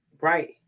Right